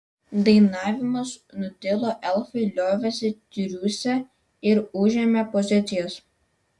dainavimas nutilo elfai liovėsi triūsę ir užėmė pozicijas